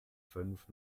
fünf